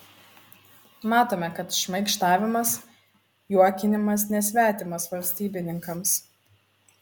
matome kad šmaikštavimas juokinimas nesvetimas valstybininkams